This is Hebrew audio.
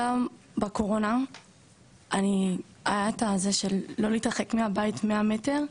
בקורונה היה את הזה של לא להתרחק מהבית 100 מטר,